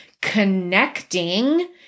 connecting